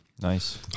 Nice